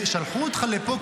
שלחו אותך לפה,